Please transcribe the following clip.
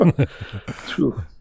True